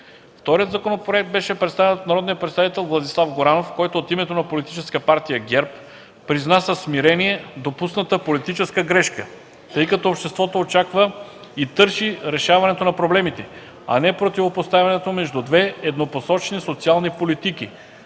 от народния представител Владислав Горанов, който от името на Политическа партия ГЕРБ призна със смирение допусната политическа грешка, тъй като обществото очаква и търси решаването на проблемите, а не противопоставянето между две еднопосочни социални политики,